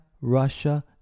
Russia